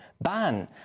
ban